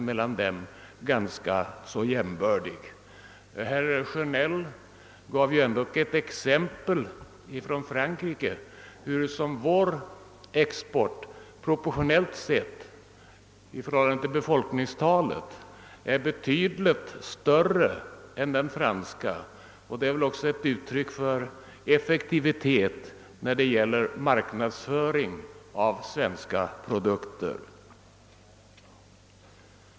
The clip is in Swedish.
Herr Sjönell anförde som ett exempel att vår export i förhållande till befolkningstalet är betydligt större än den franska. Det är väl också ett uttryck för effektiviteten i marknadsföringen av svenska produkter.